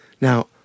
Now